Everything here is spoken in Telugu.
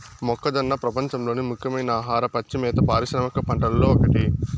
మొక్కజొన్న ప్రపంచంలోని ముఖ్యమైన ఆహార, పచ్చి మేత పారిశ్రామిక పంటలలో ఒకటి